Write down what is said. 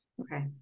okay